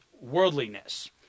worldliness